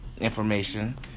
information